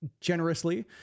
generously